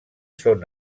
són